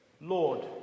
Lord